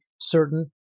certain